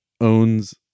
owns